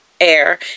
air